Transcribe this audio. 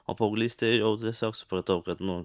o paauglystėje gal tiesiog supratau kad nu